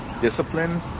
discipline